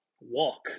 walk